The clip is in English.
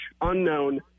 unknown